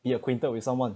be acquainted with someone